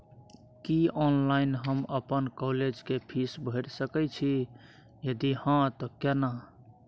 की online हम अपन college के फीस भैर सके छि यदि हाँ त केना?